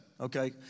okay